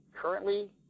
currently